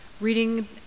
reading